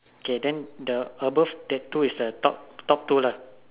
K then the above the two is the top top two lah